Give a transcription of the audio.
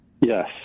Yes